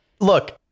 Look